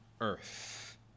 earth